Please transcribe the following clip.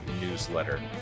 newsletter